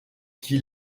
qui